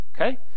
okay